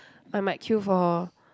I might queue for